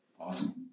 awesome